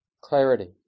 clarity